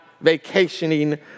vacationing